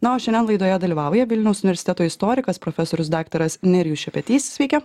na o šiandien laidoje dalyvauja vilniaus universiteto istorikas profesorius daktaras nerijus šepetys sveiki